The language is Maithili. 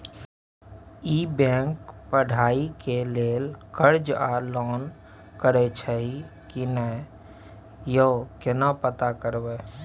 ई बैंक पढ़ाई के लेल कर्ज आ लोन करैछई की नय, यो केना पता करबै?